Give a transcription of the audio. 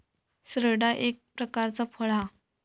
शिंगाडा एक प्रकारचा फळ हा